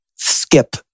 skip